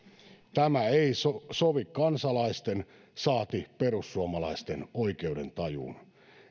tämä ei sovi kansalaisten saati perussuomalaisten oikeudentajuun